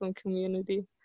community